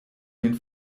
den